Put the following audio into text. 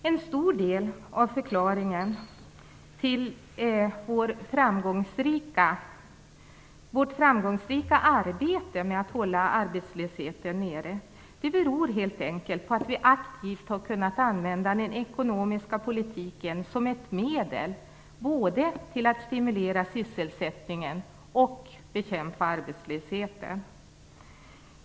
En stor del av förklaringen till vårt framgångsrika arbete med att hålla arbetslösheten nere beror helt enkelt på att vi aktivt har kunnat använda den ekonomiska politiken som ett medel både för att stimulera sysselsättningen och för att bekämpa arbetslösheten.